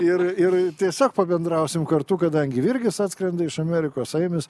ir ir tiesiog pabendrausim kartu kadangi virgis atskrenda iš amerikos aimis